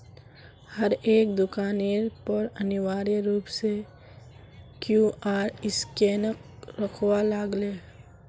हरेक दुकानेर पर अनिवार्य रूप स क्यूआर स्कैनक रखवा लाग ले